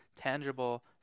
tangible